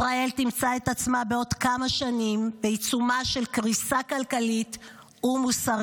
ישראל תמצא את עצמה בעוד כמה שנים בעיצומה של קריסה כלכלית ומוסרית.